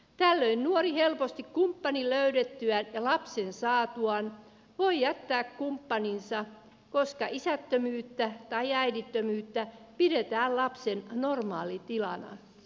tällöin nuori helposti kumppanin löydettyään ja lapsen saatuaan voi jättää kumppaninsa koska isättömyyttä tai äidittömyyttä pidetään lapsen normaalitilana